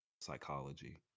psychology